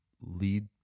lead